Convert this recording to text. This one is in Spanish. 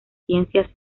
ciencias